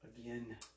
Again